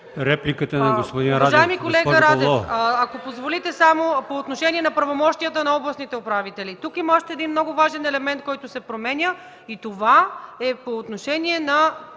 репликата на господин Лаков.